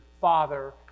Father